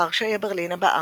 ורשה היא הברלין הבאה,